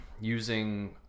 using